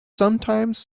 sometimes